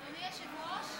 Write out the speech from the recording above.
אדוני היושב-ראש,